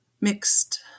mixed